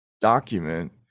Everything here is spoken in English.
document